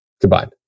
combined